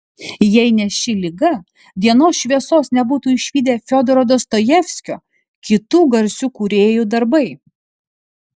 jei ne ši liga dienos šviesos nebūtų išvydę fiodoro dostojevskio kitų garsių kūrėjų darbai